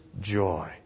joy